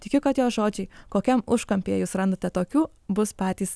tiki kad jo žodžiai kokiam užkampyje jūs randate tokių bus patys